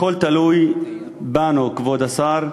הכול תלוי בנו, כבוד השר,